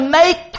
make